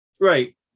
Right